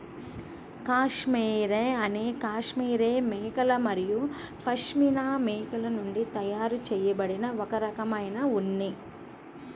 cashmere అనేది cashmere మేకలు మరియు పష్మినా మేకల నుండి తయారు చేయబడిన ఒక రకమైన ఉన్ని